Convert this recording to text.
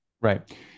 Right